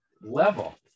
level